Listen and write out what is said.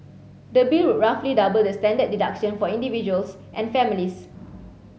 the bill would roughly double the standard deduction for individuals and families